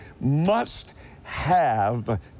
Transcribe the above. must-have